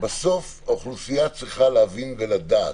בסוף האוכלוסייה צריכה להבין ולדעת,